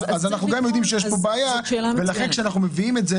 אנחנו גם יודעים שיש כאן בעיה ולכן כשאנחנו מביאים את זה